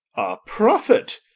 a prophet!